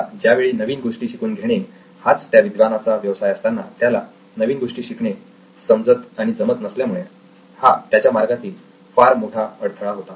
आता ज्यावेळी नवीन गोष्टी शिकून घेणे हाच त्या विद्वानाचा व्यवसाय असताना त्याला नवीन गोष्टी शिकणे समजत नसल्यामुळे हा त्याच्या मार्गातील फार मोठा अडथळा होता